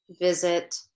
visit